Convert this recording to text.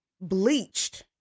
bleached